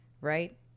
right